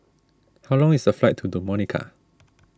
how long is the flight to Dominica